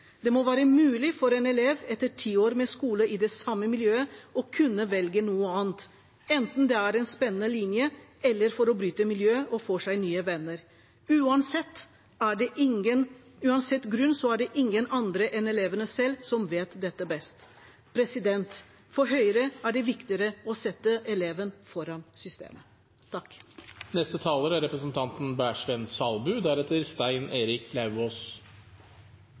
Det må være mulig for en elev etter 10 år med skole i det samme·miljøet å kunne velge noe annet – enten det er en spennende linje, eller for å bytte miljø og få seg nye venner. Uansett grunn er det ingen andre enn eleven selv som vet dette best. For Høyre er det viktigere å sette eleven foran systemet. Jeg må få benytte første anledningen jeg er